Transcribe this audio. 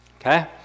Okay